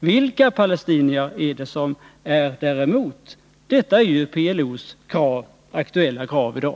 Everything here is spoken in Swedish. Vilka palestinier är emot? Detta är ju PLO:s aktuella krav i dag.